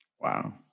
Wow